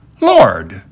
Lord